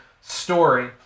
story